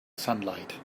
sunlight